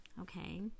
Okay